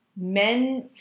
men